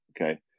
Okay